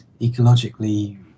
ecologically